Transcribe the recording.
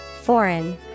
Foreign